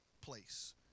place